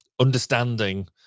understanding